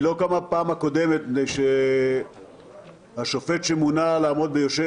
היא לא קמה בפעם הקודמת מפני שהשופט שמונה לעמוד ויושב